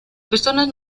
personas